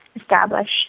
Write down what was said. establish